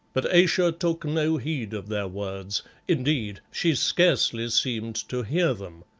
but ayesha took no heed of their words indeed, she scarcely seemed to hear them.